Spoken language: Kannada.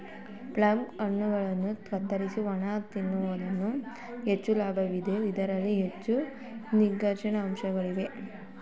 ಪ್ಲಮ್ ಹಣ್ಣುಗಳನ್ನು ಕತ್ತರಿಸಿ ಒಣಗಿಸಿ ತಿನ್ನುವುದರಿಂದ ಹೆಚ್ಚು ಲಾಭ ಇದೆ, ಇದರಲ್ಲಿ ಹೆಚ್ಚಿನ ಖನಿಜಾಂಶಗಳು ಇವೆ